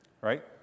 right